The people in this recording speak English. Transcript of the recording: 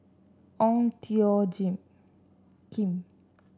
Ong Tjoe Kim